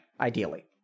ideally